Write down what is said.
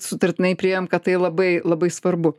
sutartinai priėjom kad tai labai labai svarbu